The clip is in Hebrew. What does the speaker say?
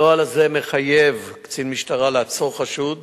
הנוהל הזה מחייב קצין משטרה לעצור חשוד